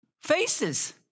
faces